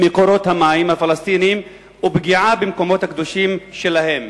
מקורות המים הפלסטיניים ופגיעה במקומות הקדושים שלהם.